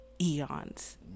eons